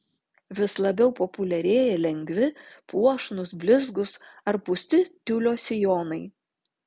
vis labiau populiarėja lengvi puošnūs blizgūs ar pūsti tiulio sijonai